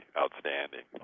outstanding